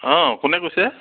অঁ কোনে কৈছে